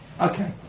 okay